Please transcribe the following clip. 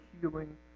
healing